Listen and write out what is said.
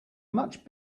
much